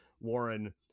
warren